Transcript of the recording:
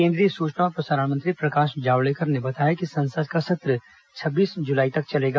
केंद्रीय सूचना और प्रसारण मंत्री प्रकाश जावड़ेकर ने बताया कि संसद का सत्र छब्बीस जुलाई तक चलेगा